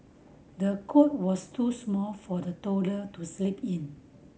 the cot was too small for the toddler to sleep in